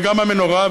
וגם המנורה,